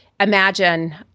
Imagine